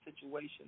situation